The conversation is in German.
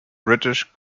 british